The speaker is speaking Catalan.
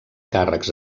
càrrecs